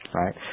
right